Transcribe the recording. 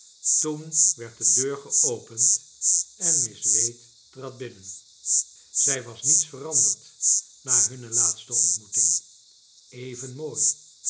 toen werd de deur geopend en miss wade trad binnen zij was niets veranderd na hunne laatste ontmoeting even mooi